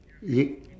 you